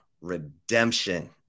redemption